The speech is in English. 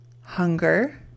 hunger